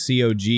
Cog